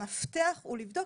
המפתח הוא לבדוק,